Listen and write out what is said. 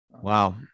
Wow